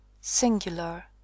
Singular